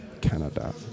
Canada